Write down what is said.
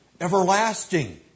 everlasting